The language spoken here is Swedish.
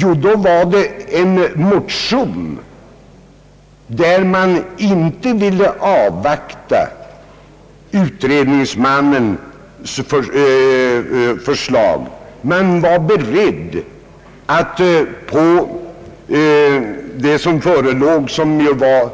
Jo då förelåg en motion, där man inte ville avvakta utredningsmannens förslag. Man kan nog påstå att förslaget var